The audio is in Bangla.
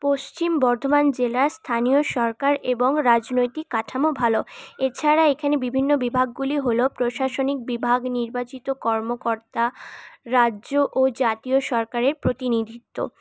পশ্চিম বর্ধমান জেলার স্থানীয় সরকার এবং রাজনৈতিক কাঠামো ভালো এছাড়া এখানে বিভিন্ন বিভাগগুলি হলো প্রশাসনিক বিভাগ নির্বাচিত কর্মকর্তা রাজ্য ও জাতীয় সরকারের প্রতিনিধিত্ব